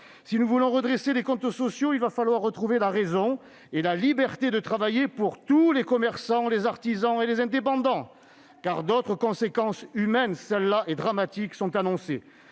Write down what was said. Si nous voulons redresser les comptes sociaux, il va falloir retrouver la raison et la liberté de travailler pour tous les commerçants, les artisans et les indépendants. D'autres conséquences dramatiques, humaines celles-là, sont annoncées.